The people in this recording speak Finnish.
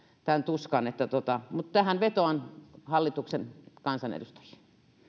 tämän tuskan mutta vetoan hallituksen kansanedustajiin